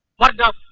why don't